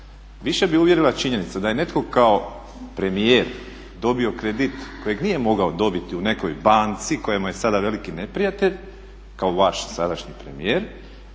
više bi uvjerila činjenica da je netko kao premijer dobio kredit kojeg nije mogao dobiti u nekoj banci koja mu je sada veliki neprijatelj kao vaš sadašnji premijer